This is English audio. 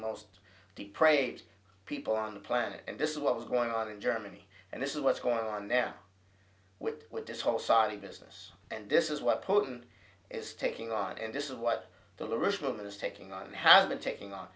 most depraved people on the planet and this is what was going on in germany and this is what's going on now with with this whole sorry business and this is what putin is taking on and this is what the original is taking on has been taking o